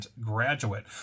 graduate